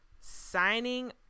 Signing